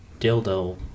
dildo